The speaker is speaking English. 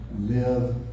Live